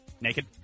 Naked